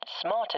smarter